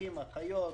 אחים ואחיות,